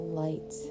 light